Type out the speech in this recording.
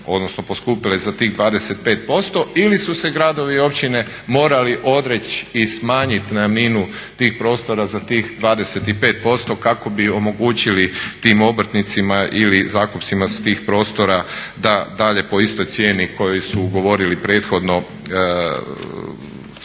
odnosno poskupile za tih 25% ili su se gradovi i općine morali odreći i smanjiti najamninu tih prostora za tih 25% kako bi omogućili tim obrtnicima ili zakupcima s tih prostora da dalje po istoj cijeni koju su ugovorili prethodno